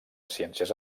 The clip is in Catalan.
ciències